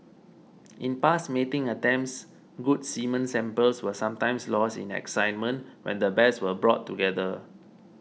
in past mating attempts good semen samples were sometimes lost in excitement when the bears were brought together